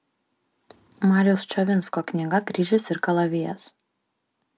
mariaus ščavinsko knyga kryžius ir kalavijas